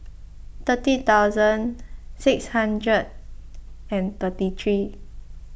thirty thousand six hundred and thirty three